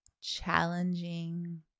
Challenging